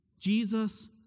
Jesus